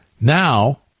Now